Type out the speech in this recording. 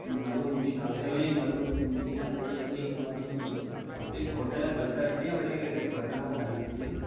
நடவு மிஷினு அதுவே நடவு செஞ்சு அதுவே கேக் மாதிரி நான் அப்படி டோட்டலாக விவசாயத்தையே அப்படியே டோட்டலாக மாறிடிச்சு